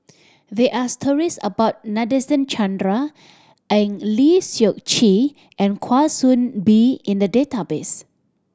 there are stories about Nadasen Chandra Eng Lee Seok Chee and Kwa Soon Bee in the database